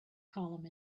column